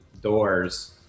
doors